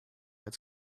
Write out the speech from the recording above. its